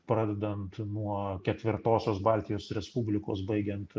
pradedant nuo ketvirtosios baltijos respublikos baigiant